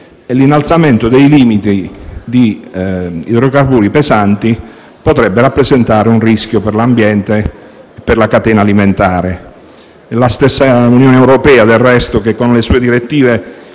e l’innalzamento dei limiti di idrocarburi pesanti potrebbe rappresentare un rischio per l’ambiente e per la catena alimentare. È la stessa Unione europea, del resto, che, con le sue direttive,